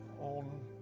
on